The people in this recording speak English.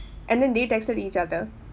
and then they texted each other